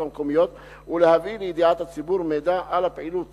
המקומיות ולהביא לידיעת הציבור מידע על הפעילות